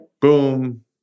boom